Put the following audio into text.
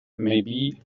maybe